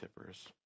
tippers